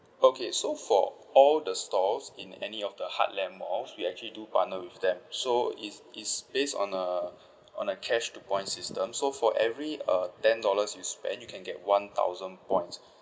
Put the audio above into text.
okay so for all the stores in any of the heartland malls we actually do partner with them so it's it's based on a on a cash to points system so for every uh ten dollars you spend you can get one thousand points